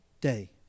day